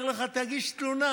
היה אומר לך: תגיש תלונה.